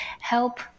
help